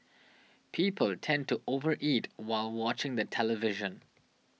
people tend to over eat while watching the television